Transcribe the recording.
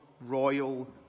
royal